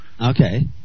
Okay